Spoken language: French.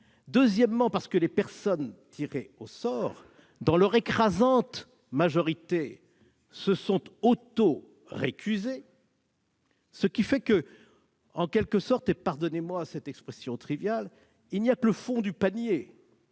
Deuxièmement, parce que les personnes tirées au sort se sont, dans leur écrasante majorité, récusées, ce qui fait que, en quelque sorte- pardonnez-moi cette expression triviale -, il n'y a que le fond du panier